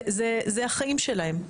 זה החיים שלהם.